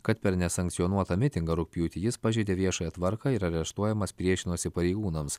kad per nesankcionuotą mitingą rugpjūtį jis pažeidė viešąją tvarką ir areštuojamas priešinosi pareigūnams